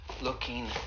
Looking